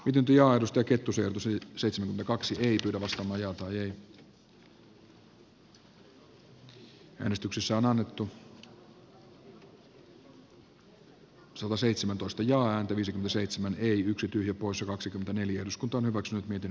jytyn työ aidosta kettusen usa seitsemän kaksi siis sen verran linkolalaisella linjalla että pesimä ja yli seitsemän yksi tyhjä poissa kaksikymmentäneljä uskontoon hyväksynyt miten